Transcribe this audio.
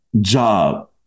job